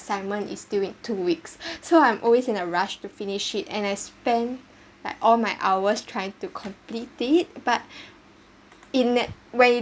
assignment is due in two weeks so I'm always in a rush to finish it and I spent like all my hours trying to complete it but in that way